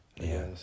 Yes